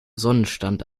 sonnenstand